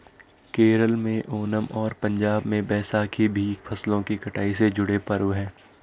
केरल में ओनम और पंजाब में बैसाखी भी फसलों की कटाई से जुड़े पर्व हैं